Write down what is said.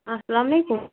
اسلام علیکُم